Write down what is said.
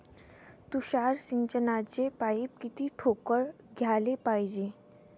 तुषार सिंचनाचे पाइप किती ठोकळ घ्याले पायजे?